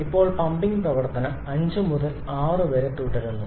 ഇപ്പോൾ പമ്പിംഗ് പ്രവർത്തനം 5 മുതൽ 6 വരെ തുടരുന്നു